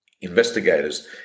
investigators